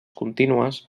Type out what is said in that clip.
contínues